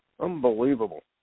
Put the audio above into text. unbelievable